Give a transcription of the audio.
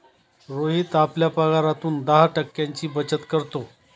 रोहित आपल्या पगारातून दहा टक्क्यांची बचत करतो